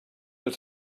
del